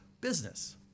business